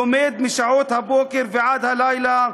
לומד משעות הבוקר ועד הלילה,